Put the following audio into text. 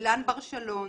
אילן בר שלום,